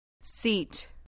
Seat